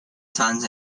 sons